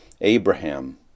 Abraham